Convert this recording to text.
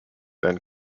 than